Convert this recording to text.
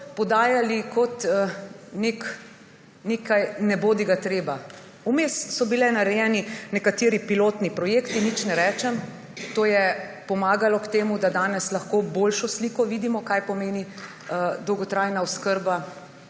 podajali kot nekega nebodigatreba. Vmes so bili narejeni nekateri pilotni projekti, nič ne rečem, to je pomagalo, da danes lahko vidimo boljšo sliko, kaj pomeni dolgotrajna oskrba